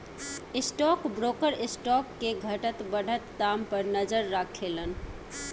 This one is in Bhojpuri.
स्टॉक ब्रोकर स्टॉक के घटत बढ़त दाम पर नजर राखेलन